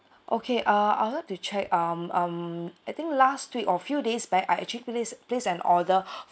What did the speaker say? okay uh I would like to check um um I think last week or few days back I actually place place an order